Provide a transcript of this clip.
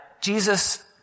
Jesus